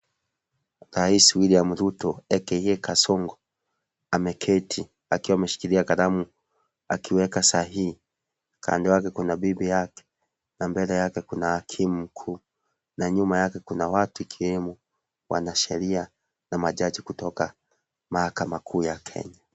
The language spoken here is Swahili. Rais Wiliam Ruto aka kasongo ameketi akiwa ameshikilia kalamu akiweka sahihi, kando yake kuna bibi yake na mbele yake kuna hakimu mkuu na nyuma yake kuna watu ikiwemo wanasheria na majaji kutoka mahakama kuu ya Kenya.